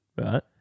Right